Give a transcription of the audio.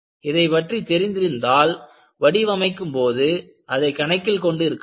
இதைப் பற்றி தெரிந்திருந்தால் வடிவமைக்கும்போது அதை கணக்கில் கொண்டு இருக்கலாம்